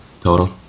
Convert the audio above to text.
total